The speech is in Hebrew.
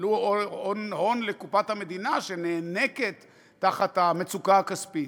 יעלו הון לקופת המדינה שנאנקת תחת המצוקה הכספית.